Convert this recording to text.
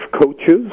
coaches